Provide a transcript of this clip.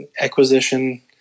acquisition